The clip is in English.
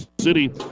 City